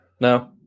No